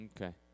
Okay